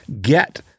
get